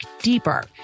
deeper